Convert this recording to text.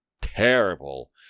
terrible